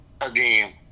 again